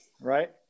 Right